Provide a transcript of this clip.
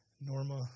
Norma